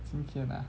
今天 mah